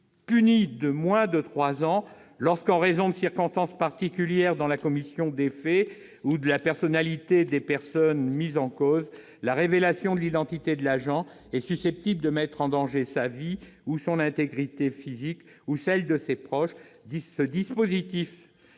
punis de moins de trois ans d'emprisonnement lorsque, en raison de circonstances particulières dans la commission des faits ou de la personnalité des personnes mises en cause, la révélation de l'identité de l'agent est susceptible de mettre en danger sa vie ou son intégrité physique ou celles de ses proches. Ce dispositif